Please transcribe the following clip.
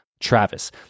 Travis